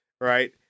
right